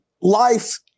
life